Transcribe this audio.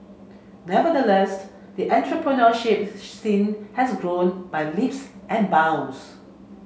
nevertheless the entrepreneurship scene has grown by leaps and bounds